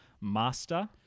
master